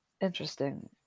interesting